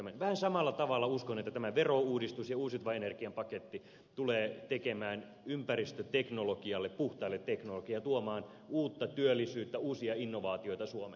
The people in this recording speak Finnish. vähän samalla tavalla uskon että tämä verouudistus ja uusiutuvan energian paketti tulee tekemään hyvää ympäristöteknologialle puhtaalle teknologialle ja tuomaan uutta työllisyyttä uusia innovaatioita suomeen